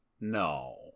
No